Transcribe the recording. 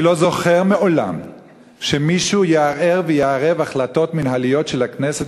אני לא זוכר מעולם שמישהו ערער ועירב החלטות מינהליות של הכנסת